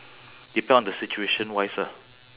depend on the situation-wise ah